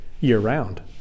year-round